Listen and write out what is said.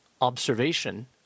observation